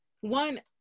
one